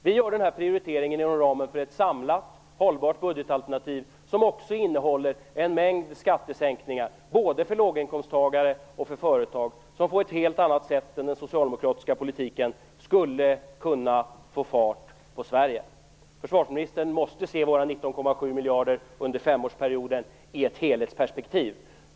Vi gör den här prioriteringen inom ramen för ett samlat, hållbart budgetalternativ, som också innehåller en mängd skattesänkningar, både för låginkomsttagare och för företag, som på ett helt annat sätt än den socialdemokratiska politiken skulle kunna få fart på Sverige. Försvarsministern måste se våra 19,7 miljarder under femårsperioden i ett helhetsperspektiv.